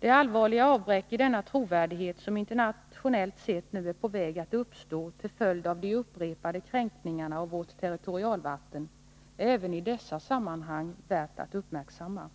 Det allvarliga avbräck i denna trovärdighet som internationellt sett nu är på väg att uppstå till följd av de upprepade kränkningarna av vårt territorialvatten är även i dessa sammanhang värt att uppmärksamma.